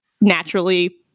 naturally